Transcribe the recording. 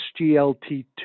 SGLT2